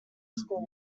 score